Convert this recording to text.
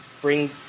bring